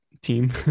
team